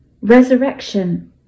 Resurrection